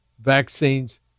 vaccines